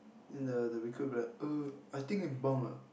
then the the recruit will be like err I think bunk ah